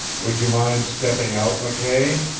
would you mind stepping out, mckay?